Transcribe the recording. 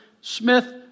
Smith